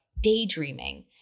daydreaming